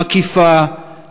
מקיפה,